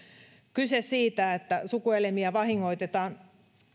kyse siitä että sukuelimiä vahingoitetaan